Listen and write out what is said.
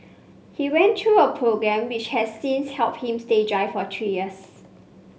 he went through a programme which has since helped him stay dry for three years